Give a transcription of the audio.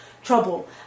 trouble